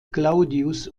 claudius